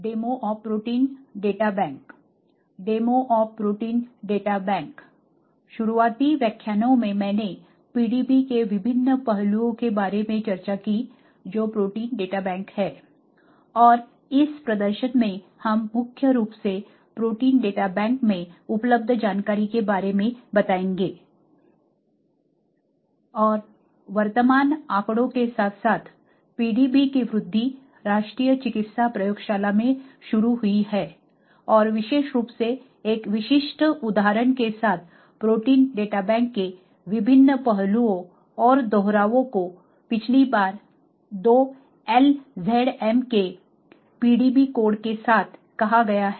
demo of protein data bank शुरुआती व्याख्यानों में मैंने PDB के विभिन्न पहलुओं के बारे में चर्चा की जो प्रोटीन डाटा बैंक हैं और इस प्रदर्शन में हम मुख्य रूप से प्रोटीन डाटा बैंक में उपलब्ध जानकारी के बारे में बताएंगे और वर्तमान आंकड़ों के साथ साथ PDB की वृद्धि राष्ट्रीय चिकित्सा प्रयोगशाला में शुरू हुई है और विशेष रूप से एक विशिष्ट उदाहरण के साथ प्रोटीन डाटा बैंक के विभिन्न पहलुओं और दोहरावों को पिछली बार 2 LZM के PDB कोड के साथ कहा गया है